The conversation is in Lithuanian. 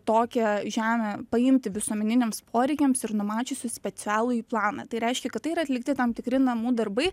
tokią žemę paimti visuomeniniams poreikiams ir numačiusi specialųjį planą tai reiškia kad tai yra atlikti tam tikri namų darbai